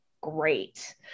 Great